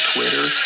Twitter